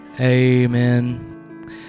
amen